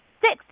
six